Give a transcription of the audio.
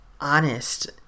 honest